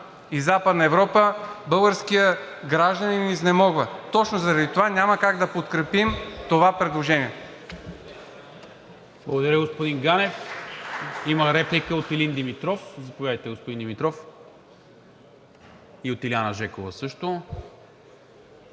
и Западна Европа и българският гражданин изнемогва. Точно заради това няма как да подкрепим това предложение.